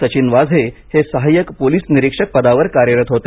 सचिन वाझे हे सहाय्यक पोलिस निरिक्षक पदावर कार्यरत होते